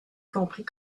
compris